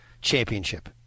championship